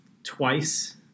twice